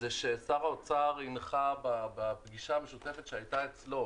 ששר האוצר הנחה בפגישה המשותפת שהייתה אצלו,